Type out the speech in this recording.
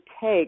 take